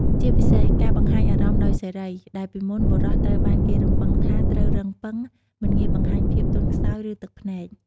ជាពិសេសការបង្ហាញអារម្មណ៍ដោយសេរី ដែលពីមុន បុរសត្រូវបានគេរំពឹងថាត្រូវរឹងប៉ឹង មិនងាយបង្ហាញភាពទន់ខ្សោយ ឬទឹកភ្នែក។